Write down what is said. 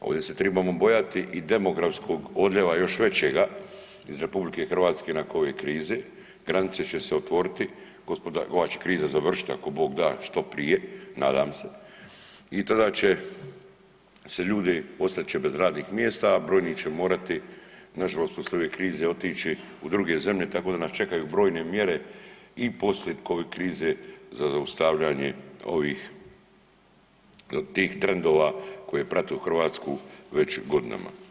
Ovdje se tribamo bojati i demografskoga odljeva još većega iz RH nakon ove krize, granice će se otvoriti, ova će kriza završiti ako Bog da što prije, nadam se, i tada će se ljudi ostat će bez radnih mjesta, a brojni će morati nažalost poslije ove krize otići u druge zemlje tako da nas čekaju brojne mjere i poslije Covid krize za zaustavljanje ovih, tih trendova koji prate Hrvatsku već godinama.